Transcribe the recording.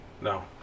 No